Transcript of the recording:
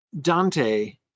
dante